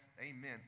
amen